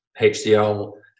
HDL